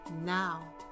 now